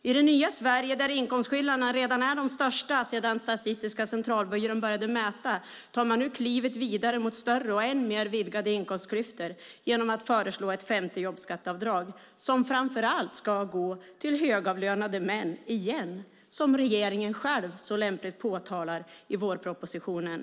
I det nya Sverige, där inkomstskillnaderna redan är de största sedan Statistiska centralbyrån började mäta, tar man nu klivet vidare mot större och än mer vidgade inkomstklyftor genom att föreslå ett femte jobbskatteavdrag som framför allt ska gå till högavlönade män igen, som regeringen själv så lämpligt påtalar i vårpropositionen.